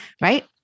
right